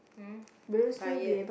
um tired